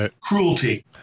cruelty